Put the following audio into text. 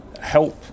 help